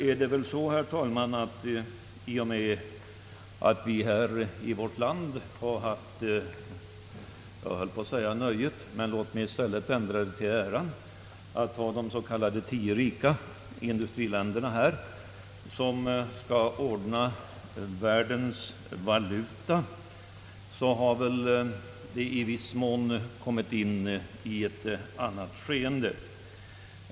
I och med att vi har haft äran att ha de s.k. tio rika länderna här, vilka skall ordna upp världens valuta, så har saken i viss mån kommit in i ett annat läge.